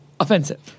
Offensive